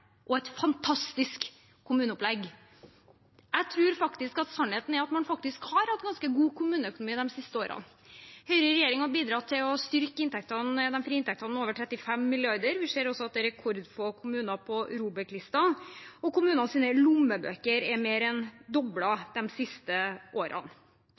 og et fantastisk kommuneopplegg. Jeg tror sannheten er at man faktisk har hatt ganske god kommuneøkonomi de siste årene. Høyre har i regjering bidratt til å øke de frie inntektene med over 35 mrd. kr. Vi ser også at det er rekordfå kommuner på ROBEK-listen, og kommunenes lommebøker er mer enn doblet de siste årene.